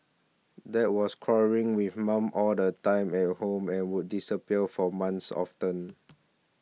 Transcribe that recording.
dad was quarrelling with mum all the time at home and would disappear from months often